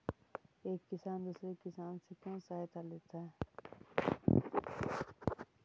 एक किसान दूसरे किसान से क्यों सहायता लेता है?